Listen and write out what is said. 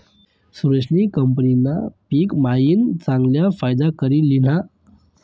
सुरेशनी कपाशीना पिक मायीन चांगला फायदा करी ल्हिना